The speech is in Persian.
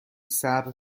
صبر